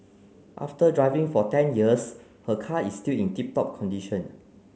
after driving for ten years her car is still in tip top condition